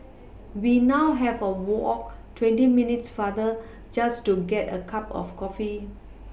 we now have a walk twenty minutes farther just to get a cup of coffee